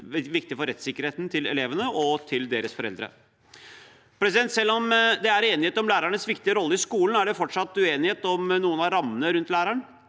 viktig for rettssikkerheten til elevene og deres foreldre. Selv om det er enighet om lærernes viktige rolle i skolen, er det fortsatt uenighet om noen av rammene rundt læreren.